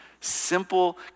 simple